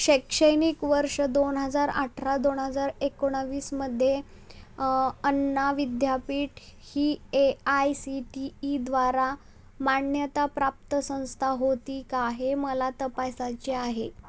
शैक्षणिक वर्ष दोन हजार अठरा दोन हजार एकोणवीसमध्ये अन्ना विद्यापीठ ही ए आय सी टी ईद्वारा मान्यताप्राप्त संस्था होती का हे मला तपासायचे आहे